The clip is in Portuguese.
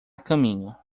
caminho